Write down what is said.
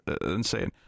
insane